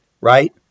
right